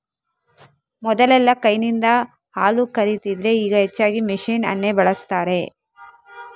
ಮೊದಲೆಲ್ಲಾ ಕೈನಿಂದ ಹಾಲು ಕರೀತಿದ್ರೆ ಈಗ ಹೆಚ್ಚಾಗಿ ಮೆಷಿನ್ ಅನ್ನೇ ಬಳಸ್ತಾರೆ